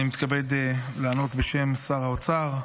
אני מתכבד לענות בשם שר האוצר.